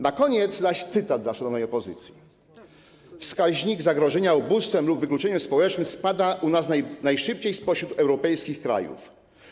Na koniec zaś cytat dla szanownej opozycji: Wskaźnik zagrożenia ubóstwem lub wykluczeniem społecznym spada u nas najszybciej spośród europejskich krajów.